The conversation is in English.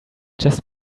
just